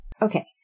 Okay